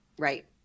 Right